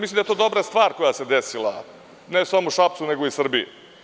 Mislim da je to dobra stvar koja se desila, ne samo Šapcu, nego i Srbiji.